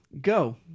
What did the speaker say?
Go